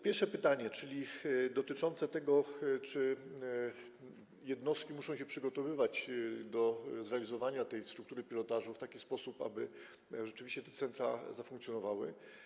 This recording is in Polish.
Pierwsze pytanie dotyczyło tego, czy jednostki muszą się przygotowywać do zrealizowania struktury pilotażu w taki sposób, aby rzeczywiście te centra zafunkcjonowały.